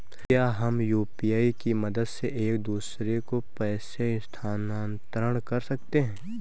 क्या हम यू.पी.आई की मदद से एक दूसरे को पैसे स्थानांतरण कर सकते हैं?